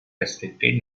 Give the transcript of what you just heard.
restricted